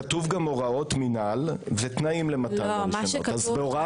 כתוב גם הוראות מינהל ותנאים למתן הרשיונות אז בהוראת